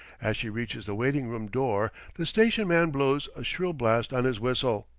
as she reaches the waiting-room door, the station-man blows a shrill blast on his whistle.